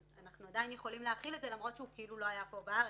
אז אנחנו עדיין יכולים להחיל את זה למרות שהוא לא היה פה בארץ.